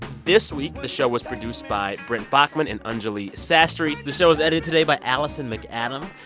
this week, the show was produced by brent baughman and anjuli sastry. the show was edited today by alison macadam.